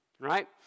right